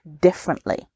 differently